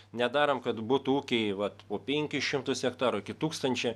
nedarom kad būtų ūkiai vat po penkis šimtus hektarų iki tūkstančio